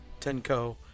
Tenko